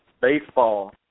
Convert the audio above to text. baseball